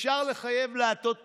אפשר לחייב לעטות מסכות.